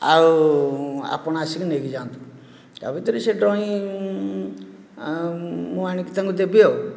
ଆଉ ଆପଣ ଆସିକି ନେଇକି ଯାଆନ୍ତୁ ତା' ଭିତରେ ସେ ଡ୍ରଇଂ ମୁଁ ଆଣିକି ତାଙ୍କୁ ଦେବି ଆଉ